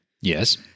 Yes